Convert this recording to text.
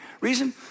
reason